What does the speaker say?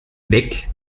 weg